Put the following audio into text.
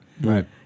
Right